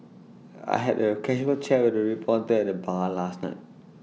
I had A casual chat with A reporter at the bar last night